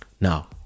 now